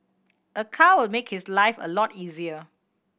a car will make his life a lot easier